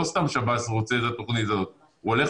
לא סתם שב"ס רוצה את התוכנית הזאת הוא הולך